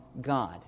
God